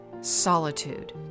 solitude